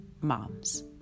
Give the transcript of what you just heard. moms